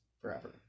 forever